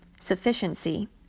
sufficiency